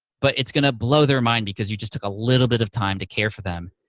but it's gonna blow their mind because you just took a little bit of time to care for them.